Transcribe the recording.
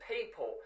people